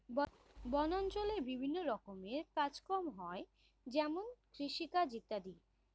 বনাঞ্চলে বিভিন্ন রকমের কাজ কম হয় যেমন কৃষিকাজ ইত্যাদি